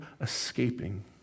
escaping